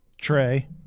Trey